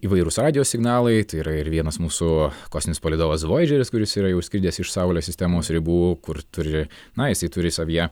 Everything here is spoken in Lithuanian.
įvairūs radijo signalai tai yra ir vienas mūsų kosminis palydovas voidžeris kuris yra jau išskridęs iš saulės sistemos ribų kur turi na jisai turi savyje